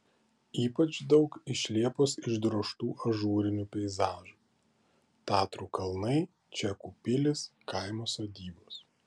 ypač daug iš liepos išdrožtų ažūrinių peizažų tatrų kalnai čekų pilys kaimo sodybos